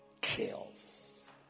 kills